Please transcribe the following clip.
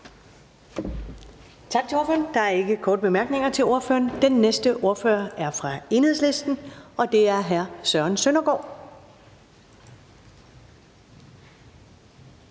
Tak til ordføreren. Der er ikke korte bemærkninger til ordføreren. Den næste ordfører er fra Enhedslisten, og det er hr. Søren Søndergaard.